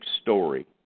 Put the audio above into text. story